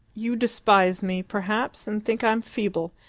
you despise me, perhaps, and think i'm feeble.